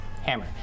Hammer